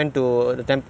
temple chairman